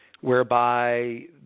whereby